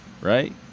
right